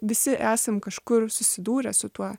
visi esam kažkur susidūrę su tuo